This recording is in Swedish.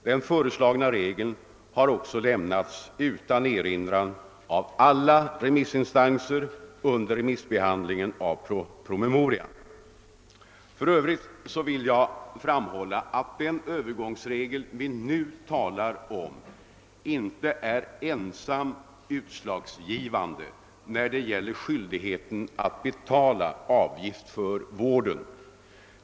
Den föreslagna regeln lämnades utan erinran vid remissbehandlingen av promemorian. För övrigt vill jag framhålla att den övergångsregel vi nu talar om, inte är enbart utslagsgivande när det gäller skyldigheten att betala avgift för vården.